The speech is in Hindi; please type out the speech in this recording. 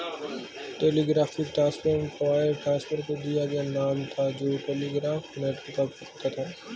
टेलीग्राफिक ट्रांसफर वायर ट्रांसफर को दिया गया नाम था जो टेलीग्राफ नेटवर्क का उपयोग करता था